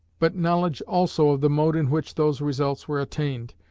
but knowledge also of the mode in which those results were attained,